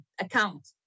account